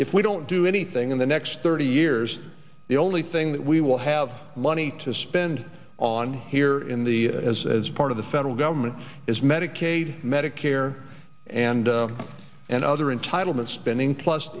if we don't do anything in the next thirty years the only thing that we will have money to spend on here in the as as part of the federal government is medicaid medicare and and other entitlement spending plus